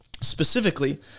Specifically